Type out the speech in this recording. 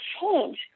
change